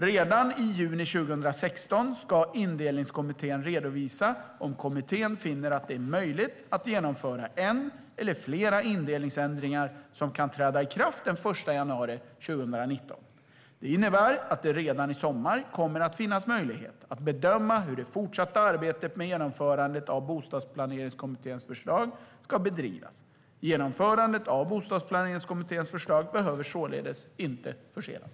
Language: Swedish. Redan i juni 2016 ska Indelningskommittén redovisa om kommittén finner att det är möjligt att genomföra en eller flera indelningsändringar som kan träda i kraft den 1 januari 2019. Det innebär att det redan i sommar kommer att finnas möjlighet att bedöma hur det fortsatta arbetet med genomförandet av Bostadsplaneringskommitténs förslag ska bedrivas. Genomförandet av Bostadsplaneringskommitténs förslag behöver således inte försenas.